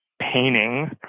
painting